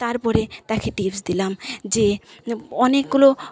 তারপরে তাকে টিপস দিলাম যে অনেকগুলো